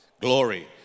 Glory